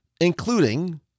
including